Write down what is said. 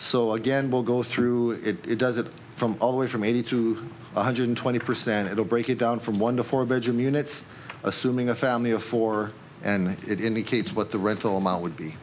so again will go through it does it from all the way from eighty to one hundred twenty percent it will break it down from one to four bedroom units assuming a family of four and it indicates what the rental amount would be